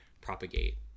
propagate